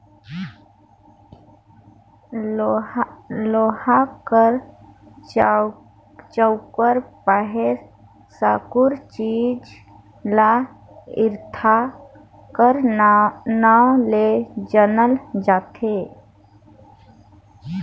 लोहा कर चउकोर पहे साकुर चीज ल इरता कर नाव ले जानल जाथे